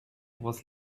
was